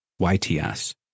YTS